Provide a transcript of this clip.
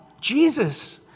Jesus